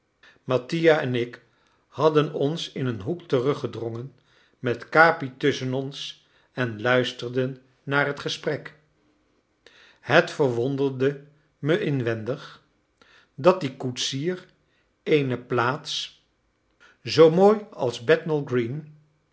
mattia en ik hadden ons in een hoek teruggedrongen met capi tusschen ons en luisterden naar het gesprek het verwonderde me inwendig dat die koetsier eene plaats zoo mooi als